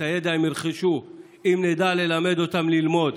את הידע הם ירכשו אם נדע ללמד אותם ללמוד.